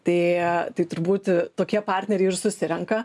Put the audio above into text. tai tai turbūt tokie partneriai ir susirenka